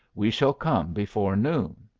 we shall come before noon.